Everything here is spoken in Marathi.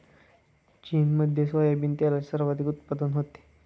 चीनमध्ये सोयाबीन तेलाचे सर्वाधिक उत्पादन होते